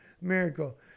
miracle